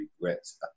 regrets